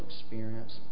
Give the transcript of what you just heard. experience